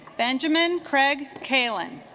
benjamin craig's kailyn